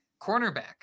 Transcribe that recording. cornerback